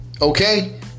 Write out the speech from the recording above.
Okay